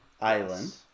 island